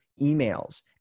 emails